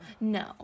No